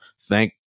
thank